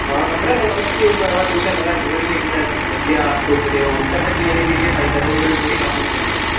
हां पंदरा सौ ओह्की तुसें पता जोड़ियै कुतें बज्जिया हत्थ हुत्त ते ओह् उत्थें पज्जी जानी फ्ही केह् फायदा रोज रोज थोड़ी कम्म होंदे नेह्